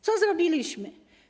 Co zrobiliśmy?